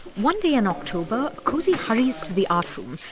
one day in october, cosey hurries to the art room.